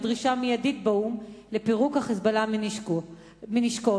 דרישה מיידית באו"ם לפירוק ה"חיזבאללה" מנשקו.